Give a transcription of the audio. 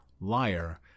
liar